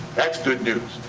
that's good news.